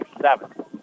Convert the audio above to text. seven